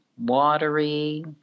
watery